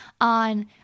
on